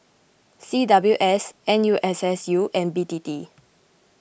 C W S N U S S U and B T T